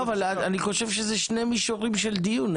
אני חושב שזה שני מישורים של דיון.